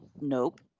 Nope